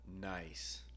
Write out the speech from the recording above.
Nice